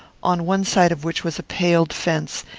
on one side of which was a paled fence,